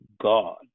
God